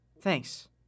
Thanks